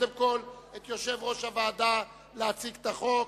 את יושב-ראש הוועדה להציג את החוק.